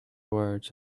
words